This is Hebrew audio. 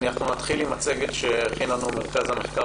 אנחנו נתחיל עם מצגת שהכין לנו מרכז המחקר